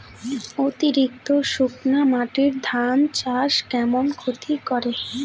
অতিরিক্ত শুকনা মাটি ধান চাষের কেমন ক্ষতি করে?